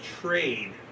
trade